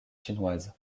chinoises